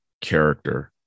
character